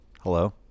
hello